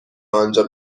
آنجا